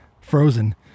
frozen